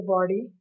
body